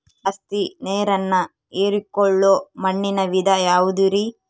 ಜಾಸ್ತಿ ನೇರನ್ನ ಹೇರಿಕೊಳ್ಳೊ ಮಣ್ಣಿನ ವಿಧ ಯಾವುದುರಿ?